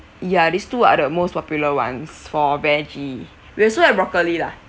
ya these two are the most popular ones for veggie we also have broccoli lah